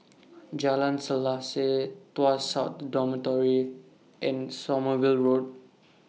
Jalan Selaseh Tuas South Dormitory and Sommerville Road